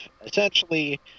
Essentially